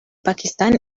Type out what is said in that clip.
pakistán